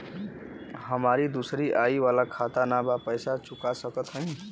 हमारी दूसरी आई वाला खाता ना बा पैसा चुका सकत हई?